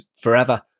forever